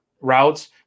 routes